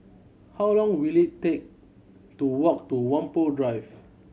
how long will it take to walk to Whampoa Drive